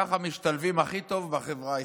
ככה משתלבים הכי טוב בחברה הישראלית.